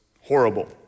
horrible